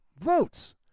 votes